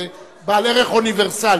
זה בעל ערך אוניברסלי.